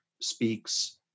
speaks